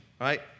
right